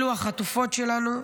אלו החטופות שלנו.